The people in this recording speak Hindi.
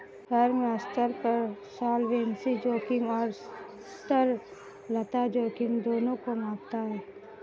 फर्म स्तर पर सॉल्वेंसी जोखिम और तरलता जोखिम दोनों को मापता है